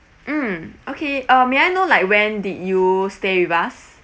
mm okay uh may I know like when did you stay with us